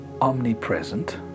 omnipresent